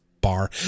bar